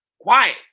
Quiet